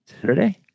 Saturday